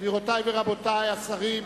גבירותי ורבותי השרים,